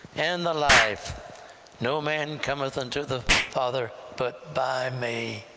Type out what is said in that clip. and the life no man cometh unto the father, but by me.